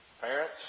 Parents